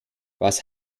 was